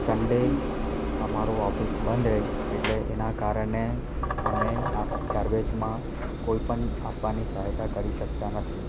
Sunday અમારો office બંધ રહે એટલે એના કારણે અમે આ ગાર્બેજમાં કોઈપણ આપવાની સહાયતા કરી શકતા નથી